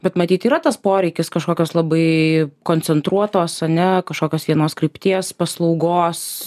bet matyt yra tas poreikis kažkokios labai koncentruotos ane kažkokios vienos krypties paslaugos